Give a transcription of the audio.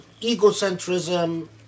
egocentrism